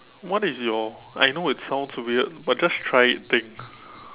what is your I know it sounds weird but just try it thing